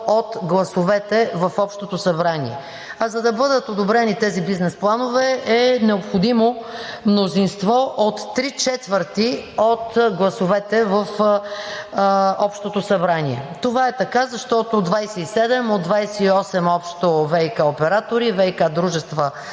от гласовете в общото събрание. А за да бъдат одобрени тези бизнес планове, е необходимо мнозинство от три четвърти от гласовете в Общото събрание. Това е така, защото 27 от общо 28 ВиК оператори, ВиК дружества